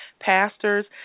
pastors